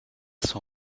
son